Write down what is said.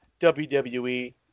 WWE